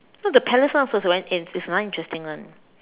no the palace [one] also when is very interesting [one]